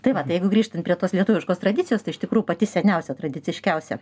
tai va tai jeigu grįžtant prie tos lietuviškos tradicijos tai iš tikrųjų pati seniausia tradiciškiausia